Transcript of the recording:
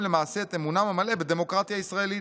למעשה את אמונם המלא בדמוקרטיה הישראלית.